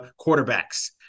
quarterbacks